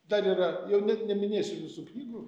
dar yra jau net neminėsiu visų knygų